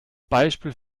beispiel